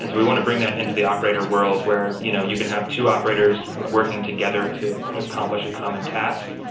and we want to bring that into the operator world, where you know you can have two operators working together to accomplish a common task.